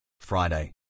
Friday